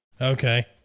Okay